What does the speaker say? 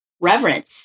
reverence